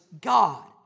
God